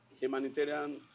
humanitarian